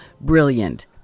brilliant